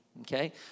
okay